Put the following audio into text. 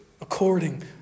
according